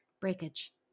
Breakage